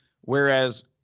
whereas